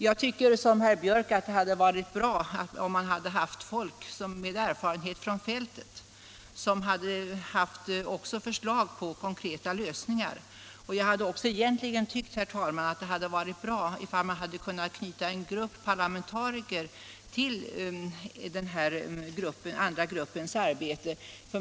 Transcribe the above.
Jag tycker som herr Biörck att det hade varit bra om man haft folk med erfarenhet från fältet, som också hade haft förslag till konkreta lösningar. Egentligen hade jag också tyckt, herr talman, att det hade varit bra ifall man kunnat knyta en grupp parlamentariker till denna andra grupps arbete.